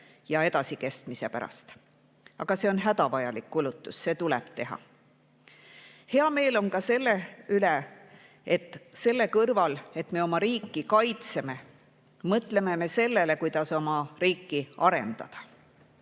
ja edasikestmise pärast. Aga see on hädavajalik kulutus, see tuleb teha. Hea meel on ka selle üle, et selle kõrval, et me oma riiki kaitseme, me mõtleme sellele, kuidas oma riiki arendada.